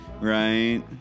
right